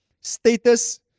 status